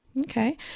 Okay